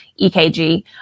EKG